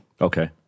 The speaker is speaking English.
Okay